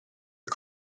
are